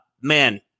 Man